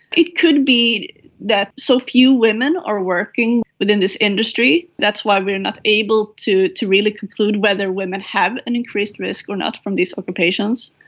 it could be that so few women are working within this industry. that's why we are not able to to really conclude whether women have an increased risk or not from these occupations.